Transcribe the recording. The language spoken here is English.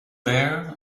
there